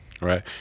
right